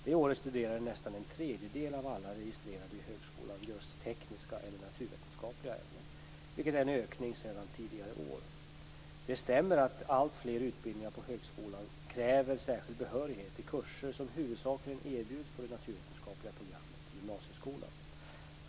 Det året studerade nästan en tredjedel av alla registrerade i högskolan just tekniska eller naturvetenskapliga ämnen, vilket är en ökning sedan tidigare år. Det stämmer att alltfler utbildningar på högskolan kräver särskild behörighet i kurser som huvudsakligen erbjuds på det naturvetenskapliga programmet i gymnasieskolan.